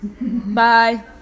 Bye